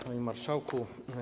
Panie Marszałku!